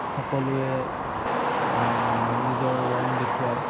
সকলোৱে নিজৰ ৰং দেখুৱায়